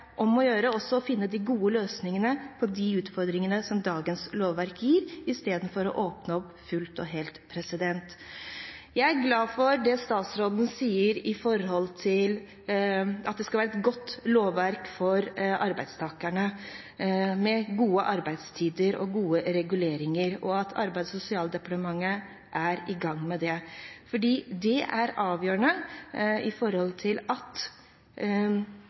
om å gjøre også å finne de gode løsningene på de utfordringene som dagens lovverk gir, istedenfor å åpne opp fullt og helt. Jeg er glad for det statsråden sier om at det skal være et godt lovverk for arbeidstakerne, med gode arbeidstider og gode reguleringer, og at Arbeids- og sosialdepartementet er i gang med det, for det er avgjørende.